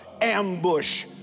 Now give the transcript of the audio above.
ambush